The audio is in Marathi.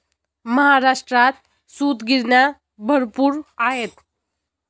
महाराष्ट्रात सूतगिरण्या भरपूर आहेत